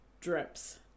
drips